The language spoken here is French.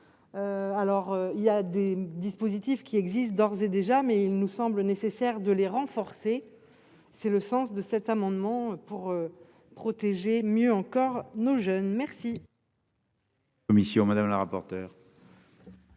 alors il y a des dispositifs qui existent d'ores et déjà, mais il nous semble nécessaire de les renforcer, c'est le sens de cet amendement pour protéger mieux encore nos jeunes merci.